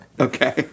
Okay